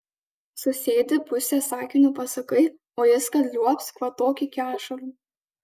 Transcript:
susėdi pusę sakinio pasakai o jis kad liuobs kvatok iki ašarų